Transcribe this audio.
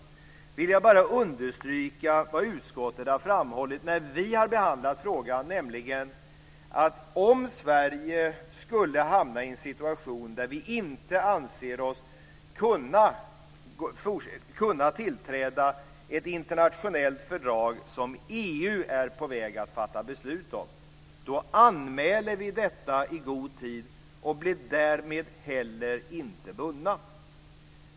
Jag vill bara understryka vad vi i utskottet har framhållit när vi har behandlat frågan, nämligen att vi, om Sverige skulle hamna i en situation då vi inte anser oss kunna biträda ett internationellt fördrag som EU är på väg att fatta beslut om, kan anmäla detta i god tid och blir därmed heller inte bundna.